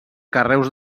carreus